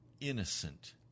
innocent